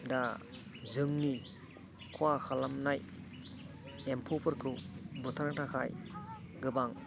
दा जोंनि खहा खालामनाय एम्फौफोरखौ बुथारनो थाखाय गोबां